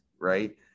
right